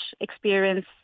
experience